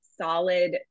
solid